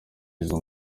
izo